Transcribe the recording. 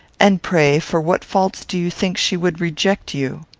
and, pray, for what faults do you think she would reject you?